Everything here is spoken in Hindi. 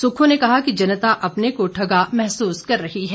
सुक्खू ने कहा कि जनता अपने को ठगा महसूस कर रही है